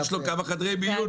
יש לו כמה חדרי מיון.